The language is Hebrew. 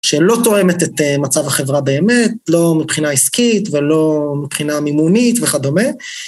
שלא תואמת את מצב החברה באמת, לא מבחינה עסקית ולא מבחינה מימונית וכדומה.